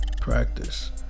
practice